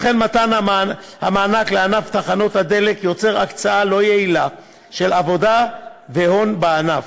לכן מתן המענק לענף תחנות הדלק יוצר הקצאה לא יעילה של עבודה והון בענף,